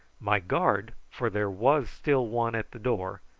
my guard, for there was still one at the door,